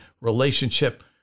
relationship